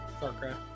StarCraft